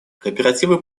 кооперативы